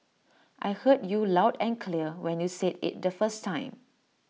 I heard you loud and clear when you said IT the first time